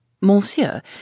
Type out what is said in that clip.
Monsieur